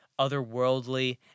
otherworldly